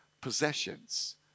possessions